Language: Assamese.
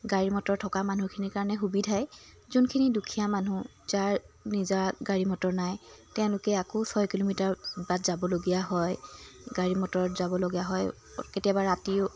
গাড়ী মটৰ থকা মানুখিনিৰ কাৰণে সুবিধাই যোনখিনি দুখীয়া মানুহ যাৰ নিজা গাড়ী মটৰ নাই তেওঁলোকে আকৌ ছয় কিলোমিটাৰ বাট যাবলগীয়া হয় গাড়ী মটৰত যাবলগা হয় কেতিয়াবা ৰাতিও